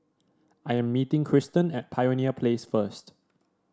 I am meeting Kristan at Pioneer Place first